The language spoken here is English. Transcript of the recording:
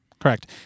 Correct